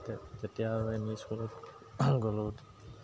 তেতিয়া আৰু M E school গ'লোঁ